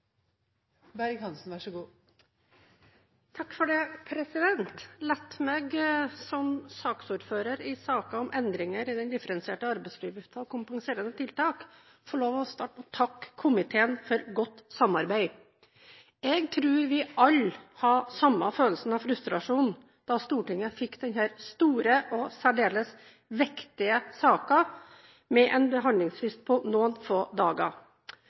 kompenserende tiltak få lov å takke komiteen for godt samarbeid. Jeg tror vi alle hadde samme følelsen av frustrasjon da Stortinget fikk denne store og særdeles viktige saken med en behandlingsfrist på noen få dager.